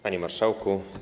Panie Marszałku!